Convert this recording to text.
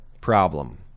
problem